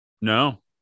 No